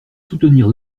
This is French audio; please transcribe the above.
soutenir